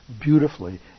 beautifully